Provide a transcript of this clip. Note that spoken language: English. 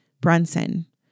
Brunson